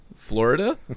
Florida